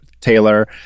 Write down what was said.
taylor